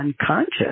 unconscious